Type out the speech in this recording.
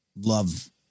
love